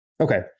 Okay